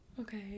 Okay